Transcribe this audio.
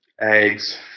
eggs